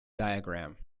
diagram